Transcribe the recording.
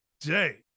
day